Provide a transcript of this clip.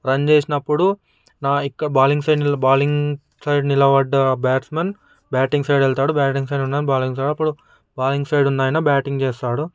run చేసినప్పుడు ఇక్క bowling side bowling side నిలబడ్డ బ్యాట్స్మ్యాన్ బ్యాటింగ్ సైడ్ వెళ్తాడు బ్యాటింగ్ సైడ్ ఉన్న బాలింగ్ సైడ్ అప్పుడు భాలింగ్ సైడ్ అయిన బ్యాటింగ్ చేస్తాడు